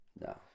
no